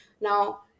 Now